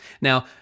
now